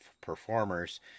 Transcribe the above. performers